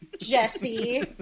jesse